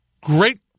great